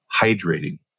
hydrating